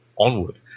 onward